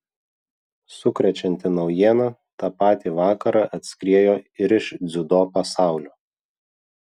sukrečianti naujiena tą patį vakarą atskriejo ir iš dziudo pasaulio